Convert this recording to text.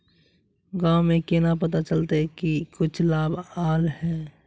गाँव में केना पता चलता की कुछ लाभ आल है?